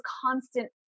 constant